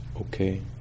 okay